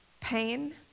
pain